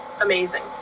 amazing